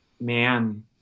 man